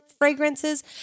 fragrances